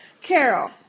Carol